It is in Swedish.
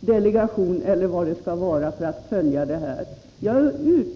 delegation eller liknande för att följa detta.